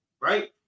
Right